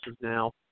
now